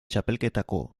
txapelketako